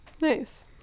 Nice